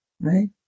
Right